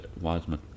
wiseman